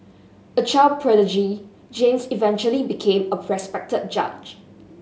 a child prodigy James eventually became a respected judge